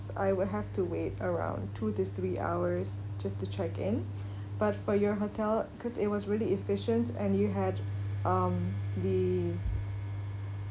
I will have to wait around two to three hours just to check in but for your hotel because it was really efficient and you had um the